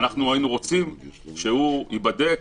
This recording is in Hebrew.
ייבדק